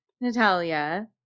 Natalia